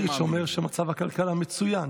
כמו שסמוטריץ' אומר שמצב הכלכלה מצוין.